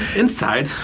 inside.